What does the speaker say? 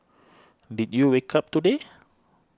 did you wake up today